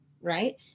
right